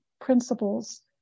principles